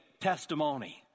testimony